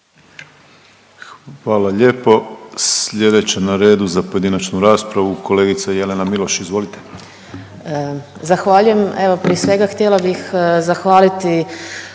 Hvala lijepo. Slijedeća na redu za pojedinačnu raspravu, kolegica Jelena Miloš, izvolite. **Miloš, Jelena (Možemo!)** Zahvaljujem. Evo prije svega htjela bih zahvaliti